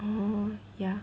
oh ya